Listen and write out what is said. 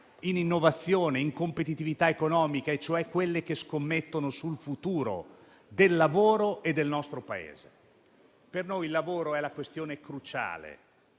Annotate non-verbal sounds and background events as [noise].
in innovazione e in competitività economica, cioè quelle che scommettono sul futuro del lavoro e del nostro Paese. [applause] Per noi il lavoro è la questione cruciale,